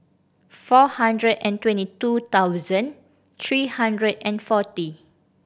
four hundred and twenty two thousand three hundred and forty